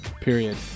Period